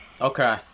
Okay